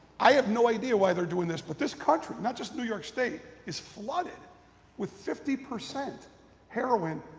i have no idea why they are doing this but this country, not just new york state is flooded with fifty percent heroin,